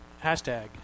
hashtag